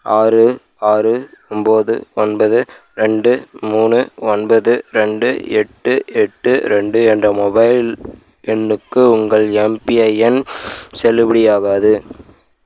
ஆறு ஆறு ஒம்போது ஒன்பது ரெண்டு மூணு ஒன்பது ரெண்டு எட்டு எட்டு ரெண்டு என்ற மொபைல் எண்ணுக்கு உங்கள் எம்பிஐஎன் செல்லுபடியாகாது